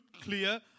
clear